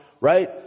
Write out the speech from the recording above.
right